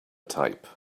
type